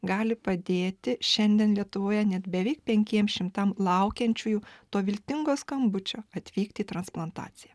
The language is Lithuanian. gali padėti šiandien lietuvoje net beveik penkiem šimtam laukiančiųjų to viltingo skambučio atvykt į transplantaciją